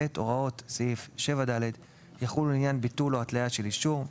(ב) הוראות סעיף 7(ד) יחולו לעניין ביטול או התליה של אישור,